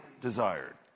desired